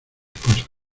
cosas